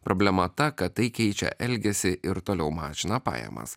problema ta kad tai keičia elgesį ir toliau mažina pajamas